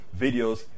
videos